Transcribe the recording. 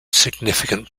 significant